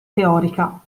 teorica